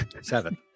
seven